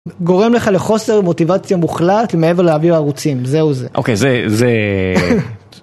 גורם לך לחוסר מוטיבציה מוחלט מעבר להעביר ערוצים, זהו זה. אוקיי, זה, זה